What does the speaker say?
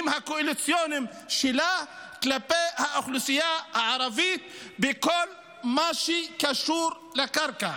הקואליציוניים שלה כלפי האוכלוסייה הערבית בכל מה שקשור לקרקע.